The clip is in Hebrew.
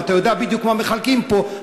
ואתה יודע בדיוק מה מחלקים פה,